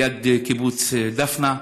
ליד קיבוץ דפנה.